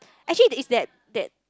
actually if that that